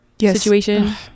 situation